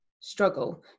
struggle